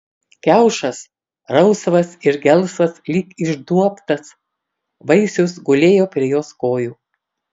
kiaušas rausvas ir gelsvas lyg išduobtas vaisius gulėjo prie jos kojų